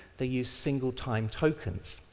they use single-time tokens.